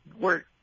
work